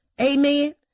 Amen